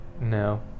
No